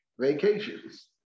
Vacations